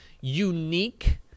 unique